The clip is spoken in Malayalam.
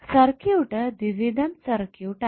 സർക്യൂട്ട് ദ്വിവിധം സർക്യൂട്ട് ആയി